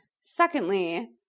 Secondly